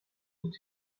could